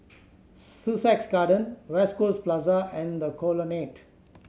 Sussex Garden West Coast Plaza and The Colonnade